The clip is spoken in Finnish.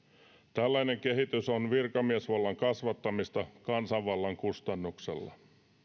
tällainen kehitys on virkamiesvallan kasvattamista kansanvallan kustannuksella